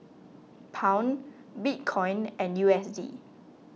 Pound Bitcoin and U S D